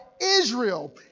Israel